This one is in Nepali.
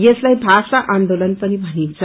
यसलाई भाषा आन्दोलन पिन भनिन्छ